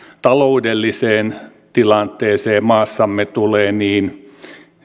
taloudelliseen tilanteeseen maassamme tulee niin